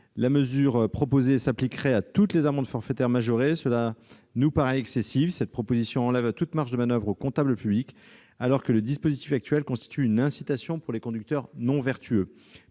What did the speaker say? la mesure proposée s'appliquerait à toutes les amendes forfaitaires majorées, ce qui nous paraît excessif. Cela enlèverait toute marge de manoeuvre au comptable public, alors que le dispositif actuel constitue une incitation pour les conducteurs non vertueux.